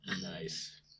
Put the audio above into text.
nice